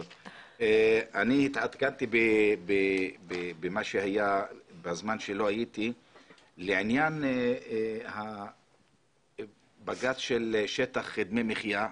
התעדכנתי במה שהיה בזמן שלא הייתי בעניין בג"ץ של שטח מחיה.